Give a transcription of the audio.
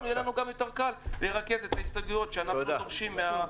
יהיה לנו גם יותר קל לרכז את ההסתייגויות שאנחנו מבקשים מהגופים.